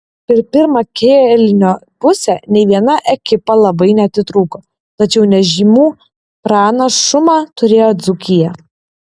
per pirmą kėlinio pusę nei viena ekipa labai neatitrūko tačiau nežymų pranašumą turėjo dzūkija